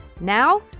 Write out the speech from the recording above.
Now